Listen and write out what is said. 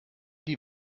die